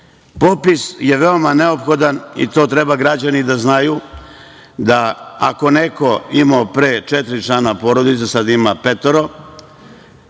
Popis je veoma neophodan i to treba građani da znaju, da ako je neko imao pre četiri člana porodice, a sad ima petoro,